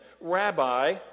Rabbi